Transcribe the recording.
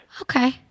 Okay